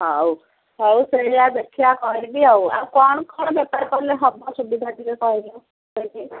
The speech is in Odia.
ହଉ ହଉ ସେଇଆା ଦେଖିବା କରିବି ଆଉ ଆଉ କ'ଣ କ'ଣ ବେପାର କଲେ ହେବ ସୁବିଧା ଟିକେ କହିଲ ସେଇଠି